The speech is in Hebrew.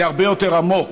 זה הרבה יותר עמוק.